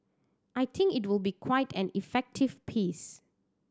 I think it will be quite an effective piece